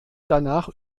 danach